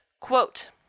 Quote